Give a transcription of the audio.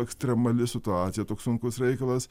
ekstremali situacija toks sunkus reikalas